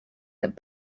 that